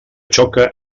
xoca